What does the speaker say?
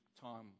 time